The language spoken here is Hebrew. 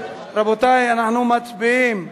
רבותי, אנחנו מצביעים.